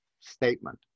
statement